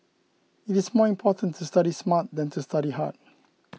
it is more important to study smart than to study hard